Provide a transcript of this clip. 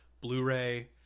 Blu-ray